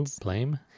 blame